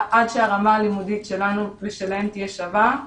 עד שהרמה הלימודית שלנו ושלהם תהיה שווה,